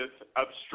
obstruction